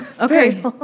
Okay